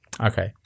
Okay